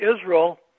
Israel